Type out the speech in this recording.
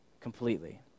completely